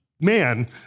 man